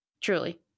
truly